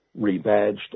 rebadged